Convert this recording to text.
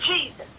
Jesus